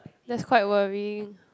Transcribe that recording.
that's quite worrying